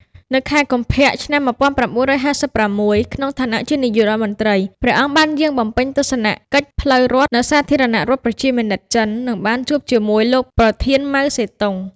នៅខែកុម្ភៈ ឆ្នាំ១៩៥៦ ក្នុងឋានៈជានាយករដ្ឋមន្ត្រី ព្រះអង្គបានយាងបំពេញទស្សនកិច្ចផ្លូវរដ្ឋនៅសាធារណរដ្ឋប្រជាមានិតចិន និងបានជួបជាមួយលោកប្រធាន ម៉ៅ សេទុង។